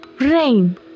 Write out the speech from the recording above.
rain